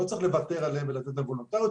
לא צריך לוותר עליהן ולעשות אותן וולונטריות,